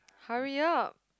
hurry up